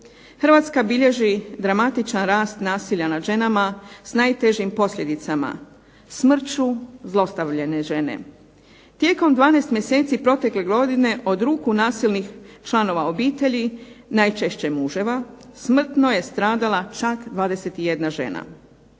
Hrvatska bilježi dramatičan rast nasilja nad ženama s najtežim posljedicama, smrću, zlostavljane žene. Tijekom 12 mjeseci protekle godine od ruku nasilnih članova obitelji najčešće muževa, smrtno je stradala čak 21 žena,